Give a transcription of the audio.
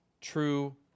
true